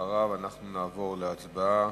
אחריו אנחנו נעבור להצבעה,